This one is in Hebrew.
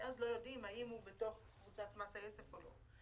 כי אז לא יודעים האם הוא בתוך קבוצת מס היסף או לא.